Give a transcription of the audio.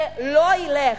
זה לא ילך,